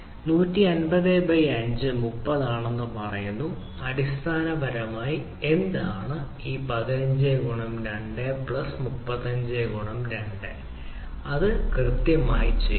150 by 5 എന്നത് 30 ആണെന്ന് പറയുന്നു അടിസ്ഥാനപരമായി എന്താണ് 15 സ്റ്റാർ 2 പ്ലസ് 35 സ്റ്റാർ 2 അത് കൃത്യമായി ചെയ്യുന്നു